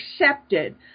accepted